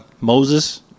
Moses